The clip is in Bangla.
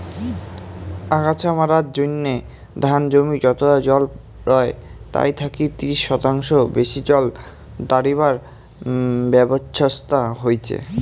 আগাছা মারার জইন্যে ধান জমি যতটা জল রয় তাই থাকি ত্রিশ শতাংশ বেশি জল দাড়িবার ব্যবছস্থা হইচে